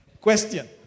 question